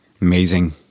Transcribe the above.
Amazing